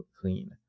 clean